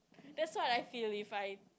that's what I feel if I